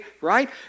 right